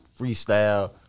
freestyle